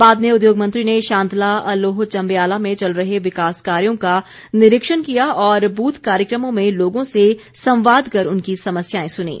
बाद में उद्योगमंत्री ने शांतला अलोह चम्बयाला में चल रहे विकास कार्यो का निरीक्षण किया और बूथ कार्यक्रमों में लोगों से संवाद कर उनकी समस्याएं सुनीं